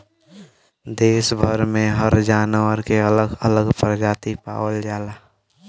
देस भर में हर जानवर के अलग अलग परजाती पावल जाला